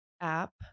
app